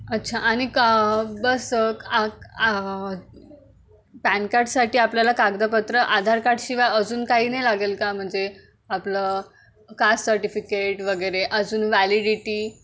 अच्छा आणि का बस आ पॅन कार्डसाठी आपल्याला कागदपत्र आधार कार्डशिवाय अजून काही नाही लागेल का म्हणजे आपलं कास्ट सर्टिफिकेट वगैरे अजून व्हॅलिडिटी